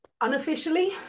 unofficially